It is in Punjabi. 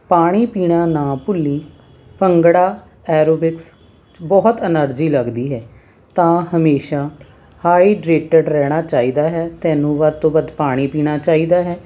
ਪਾਣੀ ਪੀਣਾ ਨਾ ਭੁੱਲੀਂ ਭੰਗੜਾ ਐਰੋਬਿਕਸ ਬਹੁਤ ਐਨਰਜੀ ਲੱਗਦੀ ਹੈ ਤਾਂ ਹਮੇਸ਼ਾ ਹਾਈਡਰੇਟਡ ਰਹਿਣਾ ਚਾਹੀਦਾ ਹੈ ਤੈਨੂੰ ਵੱਧ ਤੋਂ ਵੱਧ ਪਾਣੀ ਪੀਣਾ ਚਾਹੀਦਾ ਹੈ